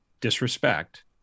disrespect